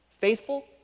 faithful